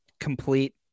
complete